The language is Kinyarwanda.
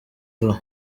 vuba